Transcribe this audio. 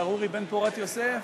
גברתי היושבת-ראש,